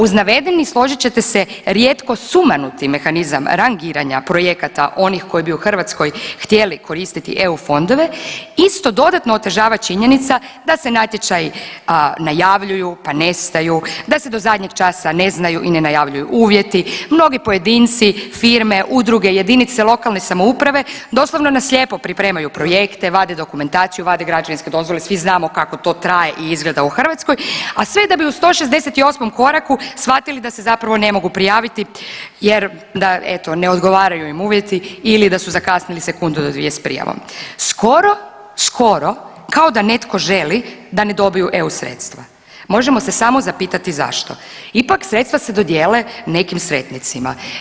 Uz navedeni, složit ćete se, rijetko sumanuti mehanizam rangiranja projekata onih koji bi u Hrvatskoj htjeli koristiti eu fondove isto dodatno otežava činjenica da se natječaji najavljuju, pa nestaju, da se do zadnjeg časa ne znaju i ne najavljuju uvjeti, mnogi pojedinci, firme, udruge, JLS, doslovno na slijepo pripremaju projekte, vade dokumentaciju, vade građevinske dozvole, svi znamo kako to traje i izgleda u Hrvatskoj, a sve da bi u 168. koraku shvatili da se zapravo ne mogu prijaviti jer da eto ne odgovaraju im uvjeti ili da su zakasnili sekundu do dvije s prijavom, skoro, skoro kao da netko želi da ne dobiju eu sredstva, možemo se samo zapitati zašto, ipak sredstva se dodijele nekim sretnicima.